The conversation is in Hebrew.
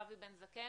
אבי בן זקן.